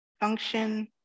function